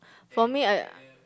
for me I